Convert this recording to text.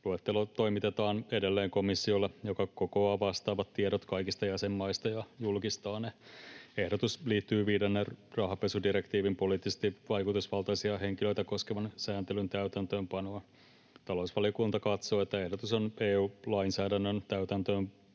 Luettelo toimitetaan edelleen komissiolle, joka kokoaa vastaavat tiedot kaikista jäsenmaista ja julkistaa ne. Ehdotus liittyy viidennen rahanpesudirektiivin poliittisesti vaikutusvaltaisia henkilöitä koskevan sääntelyn täytäntöönpanoon. Talousvaliokunta katsoo, että ehdotus on EU:n lainsäädännön täytäntöönpanoa